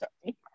Sorry